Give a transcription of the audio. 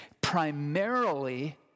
primarily